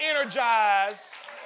energize